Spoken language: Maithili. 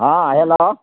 हाँ हेलो